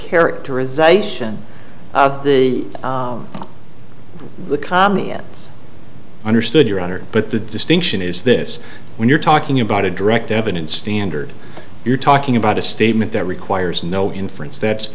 characterization of the the kamiya understood your honor but the distinction is this when you're talking about a direct evidence standard you're talking about a statement that requires no inference that's